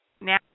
now